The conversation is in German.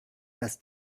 das